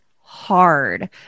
hard